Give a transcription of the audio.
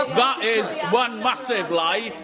ah but is one massive lie,